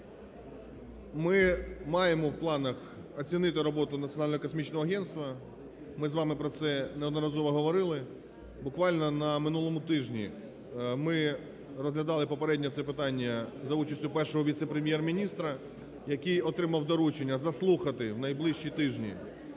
Ми маємо в планах оцінити роботу Національного космічного агентства, ми з вами про це неодноразово говорили. Буквально на минулому тижні ми розглядали попередньо це питання за участю Першого віце-прем'єр-міністра, який отримав доручення заслухати в найближчі тижні